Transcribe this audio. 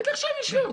בטח שהם ישבו.